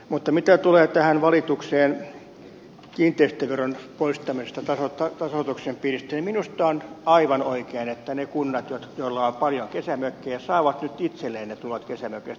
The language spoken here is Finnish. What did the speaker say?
mutta mitä tulee tähän valitukseen kiinteistöveron poistamisesta tasoituksen piiristä niin minusta on aivan oikein että ne kunnat joilla on paljon kesämökkejä saavat nyt itselleen ne tulot kesämökeistä